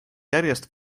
järjest